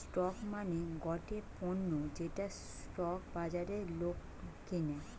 stock মানে গটে পণ্য যেটা স্টক বাজারে লোক কিনে